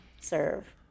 serve